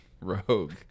rogue